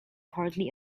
hardly